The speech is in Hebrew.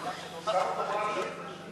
השר התורן צריך לשבת ולהקשיב,